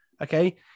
Okay